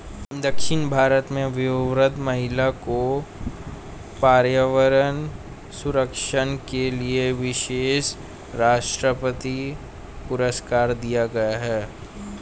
दक्षिण भारत में वयोवृद्ध महिला को पर्यावरण संरक्षण के लिए विशेष राष्ट्रपति पुरस्कार दिया गया है